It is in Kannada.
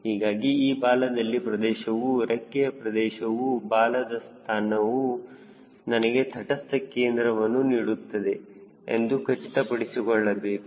ಹೀಗಾಗಿ ಈ ಬಾಲದ ಪ್ರದೇಶವು ರೆಕ್ಕೆಯ ಪ್ರದೇಶವು ಬಾಲದ ಸ್ಥಾನವು ನನಗೆ ತಟಸ್ಥ ಕೇಂದ್ರವನ್ನು ನೀಡುತ್ತದೆ ಎಂದು ಖಚಿತಪಡಿಸಿಕೊಳ್ಳಬೇಕು